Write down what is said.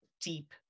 deep